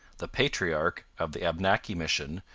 the patriarch of the abnaki mission,